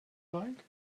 like